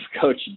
coach